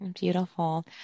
Beautiful